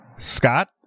Scott